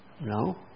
No